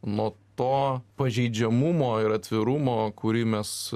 nuo to pažeidžiamumo ir atvirumo kurį mes